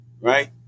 Right